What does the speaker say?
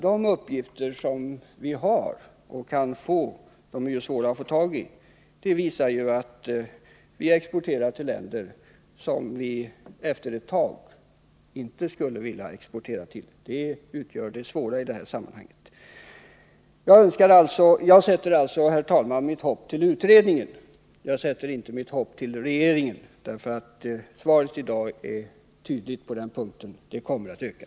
De uppgifter som vi har och kan få — de är svåra att få tag i — visar att vi exporterar till länder som vi efter en tid inte skulle vilja exportera till. Detta utgör det svåra i detta sammanhang. Jag sätter emellertid, herr talman, mitt hopp till utredningen. Jag sätter inte mitt hopp till regeringen, ty svaret i dag är tydligt — vapenexporten kommer att öka.